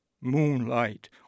Moonlight